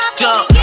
jump